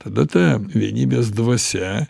tada ta vienybės dvasia